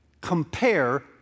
compare